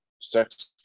sex